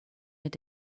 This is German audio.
mit